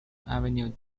avenue